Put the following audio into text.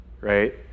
right